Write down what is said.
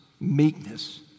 meekness